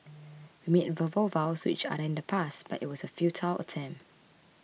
we made verbal vows to each other in the past but it was a futile attempt